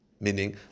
meaning